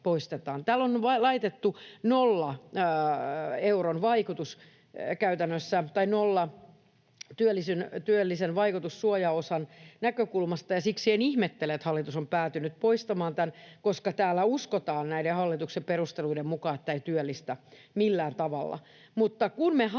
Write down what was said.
Täällä on laitettu käytännössä nollan työllisen vaikutus suojaosan näkökulmasta, ja siksi ihmettelen, että hallitus on päätynyt poistamaan tämän, koska täällä uskotaan näiden hallituksen perusteluiden mukaan, että tämä ei työllistä millään tavalla.